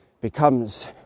becomes